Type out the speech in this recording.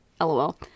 lol